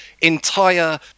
entire